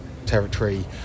territory